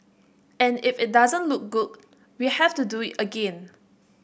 and if it doesn't look good we have to do again